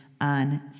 on